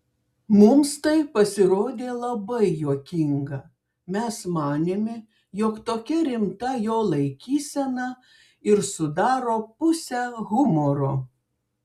mums tai pasirodė labai juokinga mes manėme jog tokia rimta jo laikysena ir sudaro pusę humoro